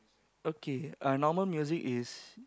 okay uh normal music is